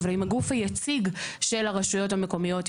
אבל עם הגוף היציג של הרשויות המקומיות,